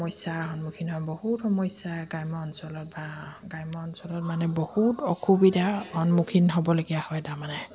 সমস্যাৰ সন্মুখীন হয় বহুত সমস্যা গ্ৰাম্য অঞ্চলত বা গ্ৰাম্য অঞ্চলত মানে বহুত অসুবিধা সন্মুখীন হ'বলগীয়া হয় তাৰমানে